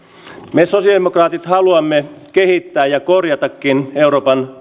me sosialidemokraatit haluamme kehittää ja korjatakin euroopan